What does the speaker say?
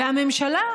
והממשלה,